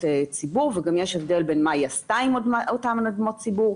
ציבור וגם יש הבדל בין מה היא עשתה עם אותן אדמות ציבור.